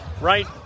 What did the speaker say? right